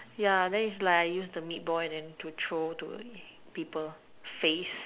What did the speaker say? yeah then is like I use the meatball and then to throw to a people face